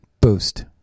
boost